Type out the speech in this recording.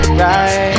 right